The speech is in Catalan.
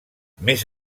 més